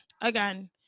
Again